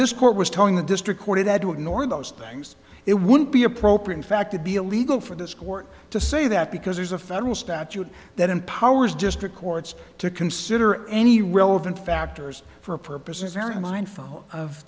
this court was telling the district court it had to ignore those things it wouldn't be appropriate in fact to be illegal for this court to say that because there's a federal statute that empowers district courts to consider any relevant factors for purposes very mindful of